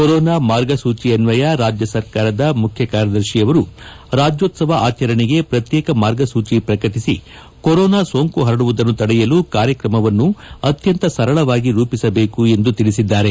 corona ಮಾರ್ಗ ಸೂಚಿ ಅನ್ವಯ ರಾಜ್ಯ ಸರ್ಕಾರದ ಮುಖ್ಯ ಕಾರ್ಯದರ್ಶಿ ಅವರು ರಾಜ್ಯೋತ್ಲವ ಆಚರಣೆಗೆ ಪ್ರತ್ಯೇಕ ಮಾರ್ಗಸೂಚಿ ಪ್ರಕಟಿಸಿ ಕೊರೊನಾ ಸೋಂಕು ಹರಡುವುದನ್ನು ತಡೆಯಲು ಕಾರ್ಯಕ್ರಮವನ್ನು ಅತ್ಯಂತ ಸರಳವಾಗಿ ರೂಪಿಸಬೇಕು ಎಂದು ತಿಳಿಸಿದ್ದಾರೆ